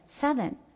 seven